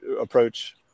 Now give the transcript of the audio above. approach